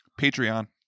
Patreon